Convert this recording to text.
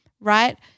right